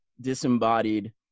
disembodied